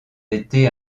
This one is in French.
été